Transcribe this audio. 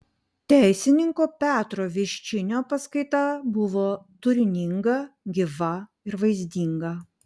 teisininko petro viščinio paskaita buvo turininga gyva ir vaizdinga